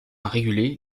réguler